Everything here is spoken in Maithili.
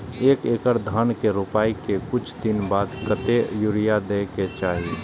एक एकड़ धान के रोपाई के कुछ दिन बाद कतेक यूरिया दे के चाही?